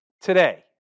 today